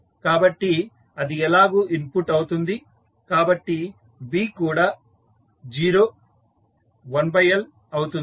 కాబట్టి అది ఎలాగూ ఇన్పుట్ అవుతుంది కాబట్టి B కూడా 0 1L అవుతుంది